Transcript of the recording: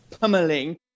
pummeling